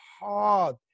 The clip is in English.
hard